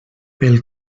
pel